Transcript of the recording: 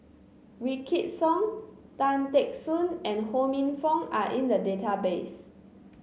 Wykidd Song Tan Teck Soon and Ho Minfong are in the database